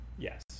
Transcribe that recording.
Yes